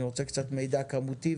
אני רוצה קצת מידע כמותי.